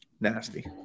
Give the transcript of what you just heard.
Nasty